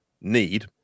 need